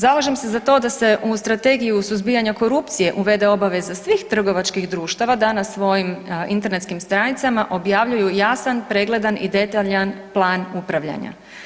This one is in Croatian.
Zalažem se za to da se u Strategiju suzbijanja korupcije uvede obaveza svih trgovačkih društava da na svojim internetskim stranicama objavljuju jasan, pregledan i detaljan plan upravljanja.